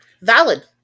Valid